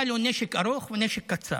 היה לו נשק ארוך ונשק קצר.